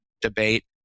debate